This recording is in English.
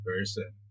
person